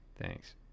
Thanks